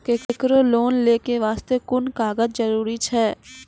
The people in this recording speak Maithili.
केकरो लोन लै के बास्ते कुन कागज जरूरी छै?